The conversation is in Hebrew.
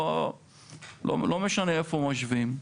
לא משנה איפה משווים,